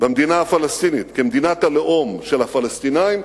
במדינה הפלסטינית כמדינת הלאום של הפלסטינים,